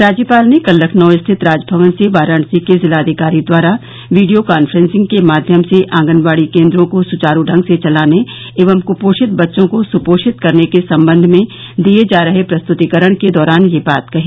राज्यपाल ने कल लखनऊ स्थित राजभवन से वाराणसी के जिलाधिकारी द्वारा वीडियो कांफ्रेंसिंग के माध्यम से आंगनबाड़ी केन्द्रों को सुचारू ढंग से चलाने एवं क्पोषित बच्चों को सुपोषित करने के संबंध में दिये जा रहे प्रस्तुतीकरण के दौरान यह बात कही